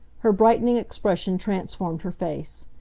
her brightening expression transformed her face.